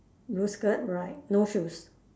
blue skirt right no shoes